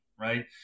right